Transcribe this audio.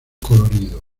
colorido